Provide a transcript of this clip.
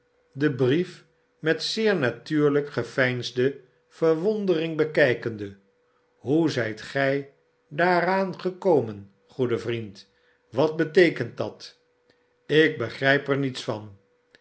den brief met zeer natuurlijk geveinsde verwondering bekijkende hoe zijt gij daaraan gekomen goede vriend wat beteekent dat ik begrijp er niets van